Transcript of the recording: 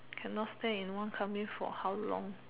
cannot say you want coming for how long